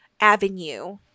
avenue